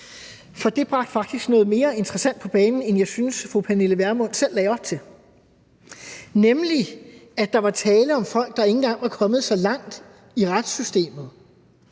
for det bragte faktisk noget mere interessant på banen, end jeg synes fru Pernille Vermund selv lagde op til, nemlig at der var tale om folk, der ikke engang var kommet så langt i retssystemet,